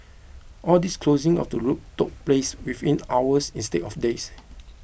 all this closing of the loop took place within hours instead of days